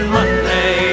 Monday